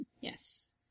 yes